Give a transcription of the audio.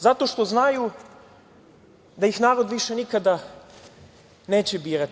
Zato što znaju da ih narod više nikada neće birati.